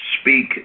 speak